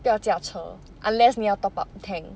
不要驾车 unless 你要 top up tank